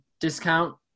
discount